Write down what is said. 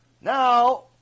Now